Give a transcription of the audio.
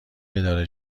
اداره